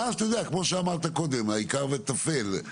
ואז כמו שאמרת קודם, העיקר והטפל.